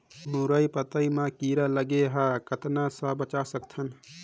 मुरई पतई म कीड़ा लगे ह कतना स बचा सकथन?